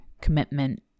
commitment